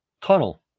tunnel